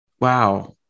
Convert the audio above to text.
Wow